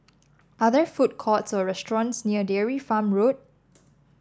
are there food courts or restaurants near Dairy Farm Road